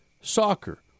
soccer